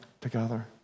together